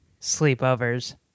sleepovers